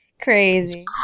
Crazy